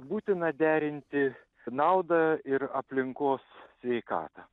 būtina derinti naudą ir aplinkos sveikatą